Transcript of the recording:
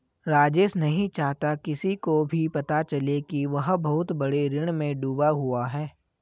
राजेश नहीं चाहता किसी को भी पता चले कि वह बहुत बड़े ऋण में डूबा हुआ है